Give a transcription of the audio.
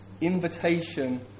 invitation